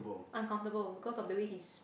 uncomfortable because of the way he is